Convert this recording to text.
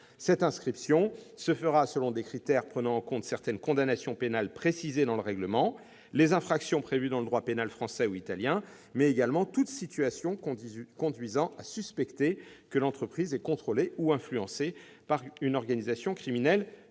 Cette inscription se fera selon des critères prenant en compte certaines condamnations pénales précisées dans le règlement, les infractions prévues dans le droit pénal français ou italien, mais également toute situation conduisant à suspecter que l'entreprise est contrôlée ou influencée par une organisation criminelle